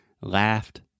Laughed